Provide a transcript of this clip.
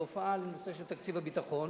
בהופעה על נושא של תקציב הביטחון